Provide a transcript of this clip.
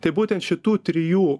tai būtent šitų trijų